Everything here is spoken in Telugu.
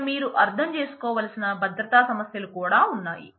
ఇక్కడ మీరు అర్థం చేసుకోవలసిన భద్రతా సమస్య లు కూడా ఉన్నాయి